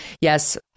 Yes